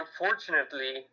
Unfortunately